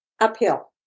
uphill